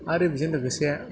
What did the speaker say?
आरो बिजों लोगोसे